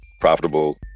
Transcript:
profitable